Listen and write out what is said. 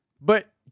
But-